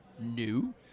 new